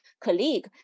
Colleague